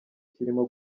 kirimo